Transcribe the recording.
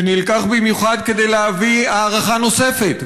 שנלקח במיוחד כדי להביא הערכה נוספת,